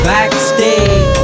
Backstage